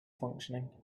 functioning